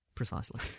Precisely